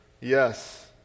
Yes